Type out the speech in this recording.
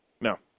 No